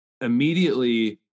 immediately